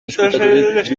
ezkutaturik